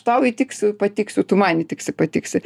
tau įtiksiu patiksiu tu man įtiksi patiksi